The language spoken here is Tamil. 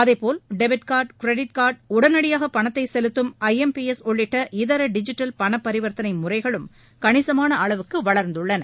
அதேபோல் டெபிட் கார்டு கிரிட் கார்டு உடனடியாக பணத்தை செலுத்தும் ஐ எம் பி எஸ் உள்ளிட்ட இதர டிஜிட்டல் பண பரிவர்த்தனை முறைகளும் கணிசமான அளவுக்கு வளர்ந்துள்ளன